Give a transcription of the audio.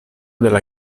della